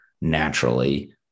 naturally